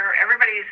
everybody's